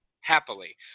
Happily